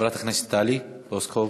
חברת הכנסת טלי פלוסקוב.